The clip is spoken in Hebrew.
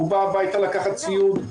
הוא בא הביתה לקחת ציוד,